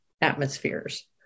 atmospheres